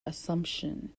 assumption